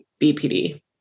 BPD